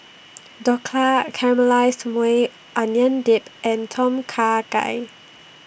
Dhokla Caramelized Maui Onion Dip and Tom Kha Gai